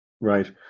Right